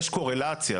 יש קורלציה.